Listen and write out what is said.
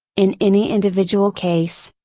in any individual case,